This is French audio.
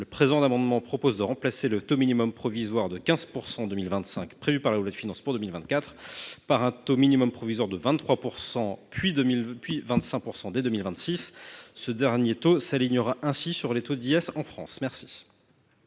Le présent amendement propose de remplacer le taux minimum provisoire de 15 % en 2025, prévu par la loi de finances pour 2024, par un taux minimum provisoire de 23 %, puis de 25 % dès 2026. Ce dernier taux s’alignera ainsi sur les taux d’impôt sur les